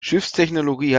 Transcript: schiffstechnologie